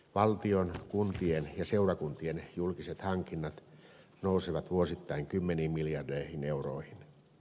valtion kuntien ja seurakuntien julkiset hankinnat nousevat vuosittain kymmeniin miljardeihin euroihin